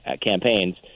campaigns